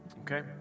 Okay